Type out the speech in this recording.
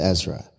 Ezra